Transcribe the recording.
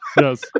Yes